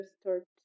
start